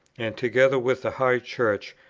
and together with the high church,